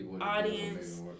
audience